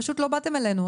פשוט לא באתם אלינו.